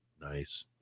nice